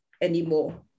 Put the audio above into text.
anymore